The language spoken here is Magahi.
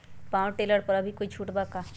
पाव टेलर पर अभी कोई छुट बा का?